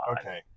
Okay